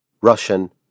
Russian